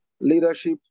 Leadership